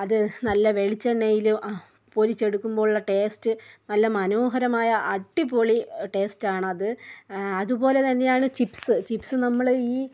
അത് നല്ല വെളിച്ചെണ്ണയിൽ പൊരിച്ചെടുക്കുമ്പോളുള്ള ടേസ്റ്റ് നല്ല മനോഹരമായ അടിപൊളി ടേസ്റ്റ് ആണ് അത് അതുപോലെ തന്നെയാണ് ചിപ്സ് ചിപ്സ് നമ്മൾ ഈ